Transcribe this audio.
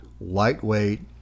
lightweight